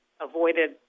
avoided